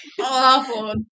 awful